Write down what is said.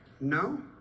No